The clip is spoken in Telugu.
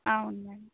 అవును మేడం